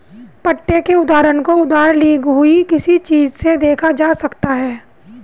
पट्टे के उदाहरण को उधार ली हुई किसी चीज़ से देखा जा सकता है